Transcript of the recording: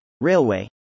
railway